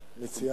המציעה.